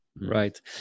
Right